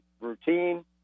routine